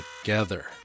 together